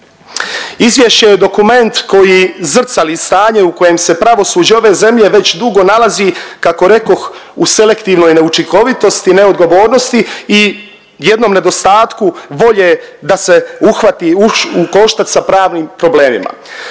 Izvješće je dokument koje zrcali stanje u kojem se pravosuđe ove zemlje već dugo nalazi kako rekoh u selektivnoj neučinkovitosti, neodgovornosti i jednom nedostatku volje da se uhvati u koštac sa pravnim problemima.